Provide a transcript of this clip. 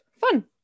fun